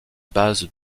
bases